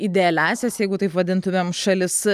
idealiąsias jeigu taip vadintumėm šalis